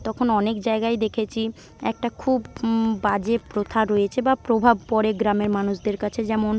তখন অনেক জায়গায় দেখেছি একটা খুব বাজে প্রথা রয়েছে বা প্রভাব পড়ে গ্রামের মানুষদের কাছে যেমন